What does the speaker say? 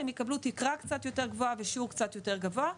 הם יקבלו תקרה קצת יותר גבוהה ושיעור קצת יותר גבוה,